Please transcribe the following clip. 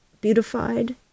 beautified